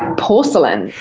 porcelain.